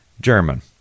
German